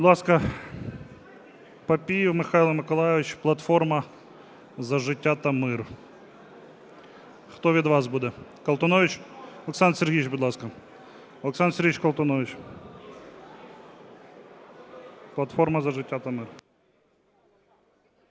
Папієв Михайло Миколайович, "Платформа за життя та мир". Хто від вас буде? Колтунович. Олександр Сергійович, будь ласка. Олександр Сергійович Колтунович, "Платформа за життя та мир".